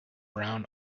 brown